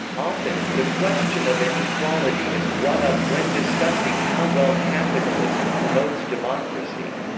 often, the question of inequality is brought up when discussing how well capitalism promotes democracy.